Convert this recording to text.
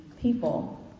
people